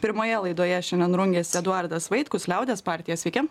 pirmoje laidoje šiandien rungiasi eduardas vaitkus liaudies partija sveiki